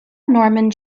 norman